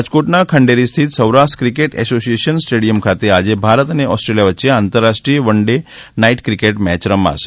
રાજકોટના ખંઢેરી સ્થિત સૌરાષ્ટ્ર ક્રિકેટ એસોસિયેશન સ્ટેડિયમ ખાતે આજે ભારત અને ઓસ્ટ્રેલિયા વચ્ચે આંતરરાષ્ટ્રીય one day day night cricket match રમાશે